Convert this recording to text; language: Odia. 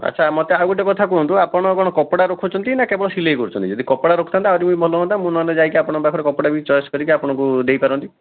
ଆଚ୍ଛା ମୋତେ ଆଉ ଗୋଟେ କଥା କୁହନ୍ତୁ ଆପଣ କ'ଣ କପଡ଼ା ରଖୁଛନ୍ତି ନା କେବଳ ସିଲେଇ କରୁଛନ୍ତି ଯଦି କପଡ଼ା ରଖୁଥାନ୍ତେ ଆହୁରି ବି ଭଲ ହୁଅନ୍ତା ମୁଁ ନହେଲେ ଯାଇକି ଆପଣଙ୍କ ପାଖରୁ କପଡ଼ା ବି ଚଏସ୍ କରିକି ଆପଣଙ୍କୁ ଦେଇପାରନ୍ତି